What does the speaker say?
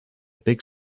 big